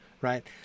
right